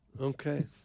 Okay